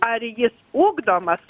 ar jis ugdomas